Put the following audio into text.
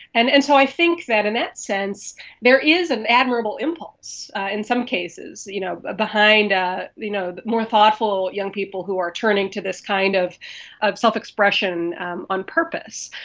and and so i think that in that sense there is an admirable impulse in some cases you know behind ah you know more thoughtful young people who are turning to this kind of of self-expression on purpose.